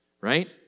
right